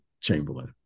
Chamberlain